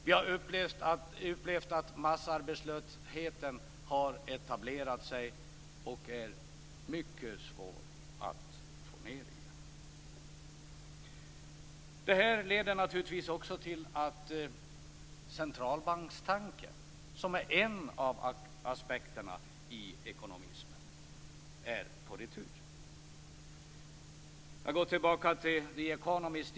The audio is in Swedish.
Vi har upplevt att massarbetslösheten etablerat sig och att det är mycket svårt att få ned den igen. Detta leder naturligtvis också till att centralbankstanken, som är en av aspekterna i fråga om ekonomismen, är på retur. Jag återkommer till The Economist.